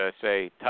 say